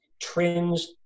Trends